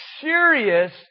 serious